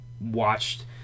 watched